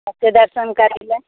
दर्शन करैलए